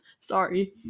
Sorry